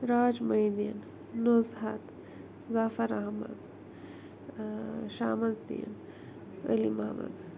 Raj Mohiuddin Nuzhat Zafar Ahmad Shams uddin Ali Mohammad